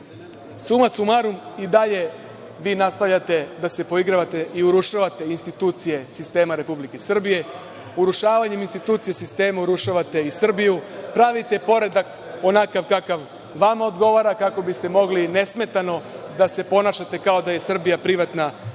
suma sumarum i dalje nastavljate da se poigravate i urušavate institucije sistema Republike Srbije. urušavanjem institucija sistema, urušavate i Srbiju, pravite poredak onakav kakav vama odgovara, kako bi ste mogli nesmetano da se ponašate kao da je Srbija privatna država.